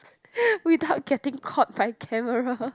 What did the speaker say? without getting caught by camera